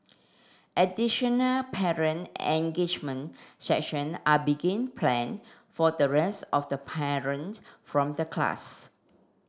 additional parent engagement session are begin plan for the rest of the parents from the class